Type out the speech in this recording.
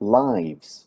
lives